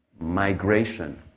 Migration